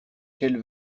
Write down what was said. quelle